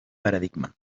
paradigma